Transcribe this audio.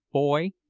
boy,